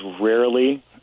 rarely